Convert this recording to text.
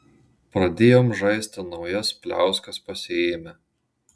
pradėjom žaisti naujas pliauskas pasiėmę